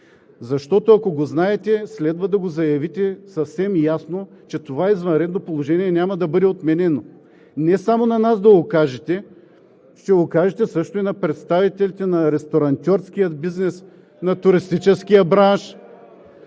Защото, ако го знаете, следва да го заявите съвсем ясно, че това извънредно положение няма да бъде отменено. Не само на нас да го кажете. Ще го кажете също и на представителите на ресторантьорския бизнес, на туристическия бранш.